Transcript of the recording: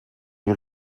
die